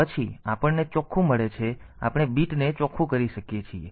પછી આપણને ચોખ્ખું મળે છે તેથી આપણે બીટ ને ચોખ્ખું કરી શકીએ છીએ